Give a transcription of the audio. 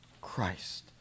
Christ